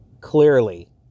Clearly